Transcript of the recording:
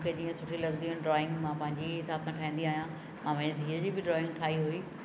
मूंखे जीअं सुठी लॻंदी आहिनि ड्रॉइंग मां पंहिंजे हिसाब सां ठाहींदी आहियां औरि मुंहिंजी धीउ जी बि ड्रॉइंग ठाही हुई